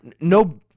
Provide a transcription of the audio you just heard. no